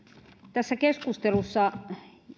tässä keskustelussa